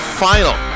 final